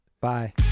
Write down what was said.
Bye